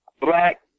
black